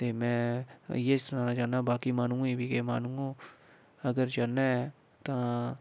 ते में इ'यै सनाना चाह्न्ना बाकी माह्नुएं गी बी अगर चढ़ना ऐ तां